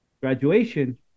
Graduation